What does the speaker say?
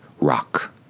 rock